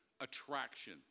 attraction